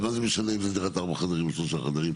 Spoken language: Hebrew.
מה זה משנה אם זו דירת ארבעה חדרים או שלושה חדרים.